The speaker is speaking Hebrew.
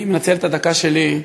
אני אנצל את הדקה שלי,